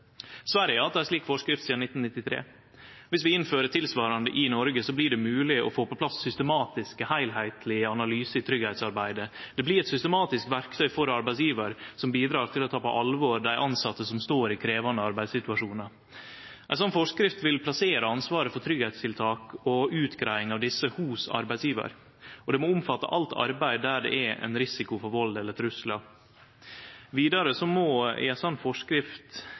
har hatt ei slik forskrift sidan 1993. Dersom vi innfører tilsvarande i Noreg, blir det mogleg å få på plass systematiske, heilskaplege analysar i tryggleiksarbeidet. Det blir eit systematisk verktøy for arbeidsgjevar som bidrar til å ta på alvor dei tilsette som står i krevjande arbeidssituasjonar. Ei slik forskrift vil plassere ansvaret for tryggleikstiltak og utgreiing av desse hos arbeidsgjevar. Det må omfatte alt arbeid der det er risiko for vald eller truslar. Vidare må det i ei slik forskrift